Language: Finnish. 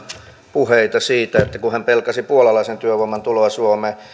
puheita siitä kun hän pelkäsi puolalaisen työvoiman tuloa suomeen